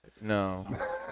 No